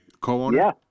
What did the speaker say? co-owner